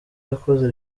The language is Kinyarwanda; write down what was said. yakoze